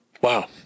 Wow